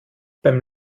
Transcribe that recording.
beim